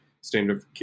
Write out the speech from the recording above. standard